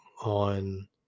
on